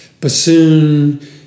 bassoon